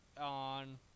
on